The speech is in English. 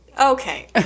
Okay